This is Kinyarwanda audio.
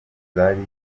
zari